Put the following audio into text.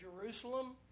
Jerusalem